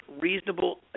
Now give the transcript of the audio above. reasonable